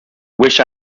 wish